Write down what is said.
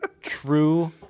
true